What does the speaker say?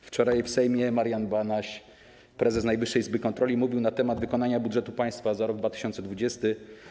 Wczoraj w Sejmie Marian Banaś, prezes Najwyższej Izby Kontroli, mówił na temat wykonania budżetu państwa za rok 2020.